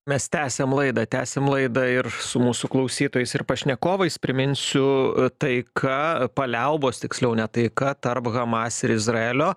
mes tęsiam laidą tęsiam laidą ir su mūsų klausytojais ir pašnekovais priminsiu taika paliaubos tiksliau ne taika tarp hamas ir izraelio